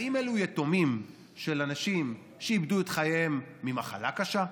האם אלו יתומים מאנשים שאיבדו את חייהם ממחלה קשה,